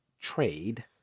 trade